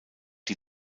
die